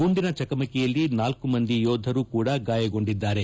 ಗುಂಡಿನ ಚಕಮಕಿಯಲ್ಲಿ ನಾಲ್ಲು ಮಂದಿ ಯೋಧರು ಕೂಡಾ ಗಾಯಗೊಂಡಿದ್ದಾರೆ